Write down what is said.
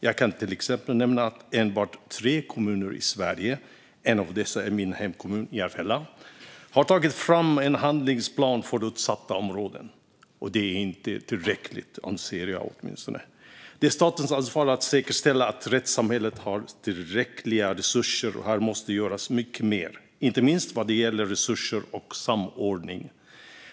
Jag kan till exempel nämna att enbart tre kommuner i Sverige - en av dessa är min hemkommun, Järfälla - har tagit fram en handlingsplan för utsatta områden. Det är inte tillräckligt. Det är statens ansvar att säkerställa att rättssamhället har tillräckliga resurser. Här måste det göras mycket mer, inte minst vad gäller resurser och samordning.